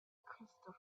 crystal